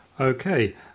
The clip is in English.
Okay